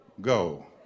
go